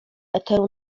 eteru